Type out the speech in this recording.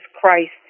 Christ